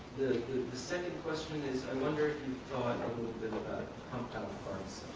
the second question is i wonder if you thought a little bit about compound pharmacy